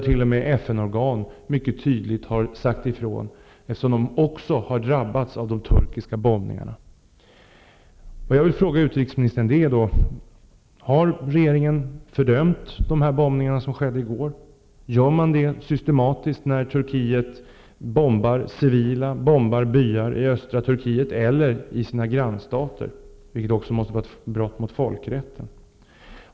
T.o.m. FN-organ har mycket tydligt sagt ifrån, eftersom de också har drabbats av de turkiska bombningarna. Fördömer man systematiskt när Turkiet bombar civilbefolkning och byar i östra Turkiet eller i dess grannstater, något som måste betraktas som ett brott mot folkrätten?